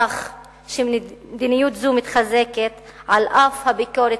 כך שמדיניות זו מתחזקת על אף הביקורת